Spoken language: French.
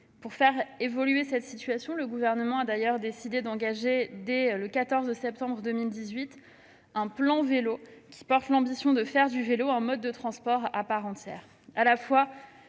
Pour faire évoluer la situation, le Gouvernement a d'ailleurs décidé d'engager, dès le 14 septembre 2018, un plan Vélo qui porte l'ambition de faire du vélo un mode de transport à part entière.